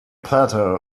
plateau